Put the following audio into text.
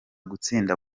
gutsinda